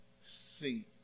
see